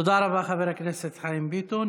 תודה רבה, חבר הכנסת חיים ביטון.